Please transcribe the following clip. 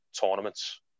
tournaments